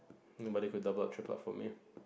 nobody could double or triplet up for me